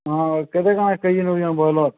ହଁ କେତେ କାଣା କେଜି ନେଉଛ ବ୍ରୟଲର୍